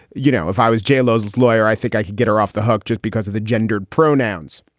you know, if i was j-lo's lawyer, i think i could get her off the hook just because of the gendered pronouns.